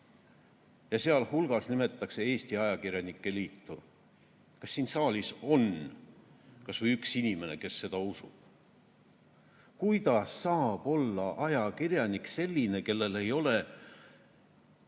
Sealhulgas nimetatakse Eesti Ajakirjanike Liitu. Kas siin saalis on kas või üks inimene, kes seda usub? Kuidas saab olla ajakirjanik selline, kellel ei ole